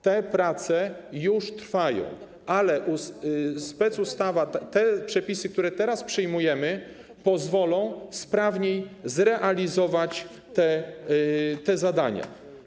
Te prace już trwają, ale specustawa, przepisy, które teraz przyjmujemy, pozwolą sprawniej realizować te zadania.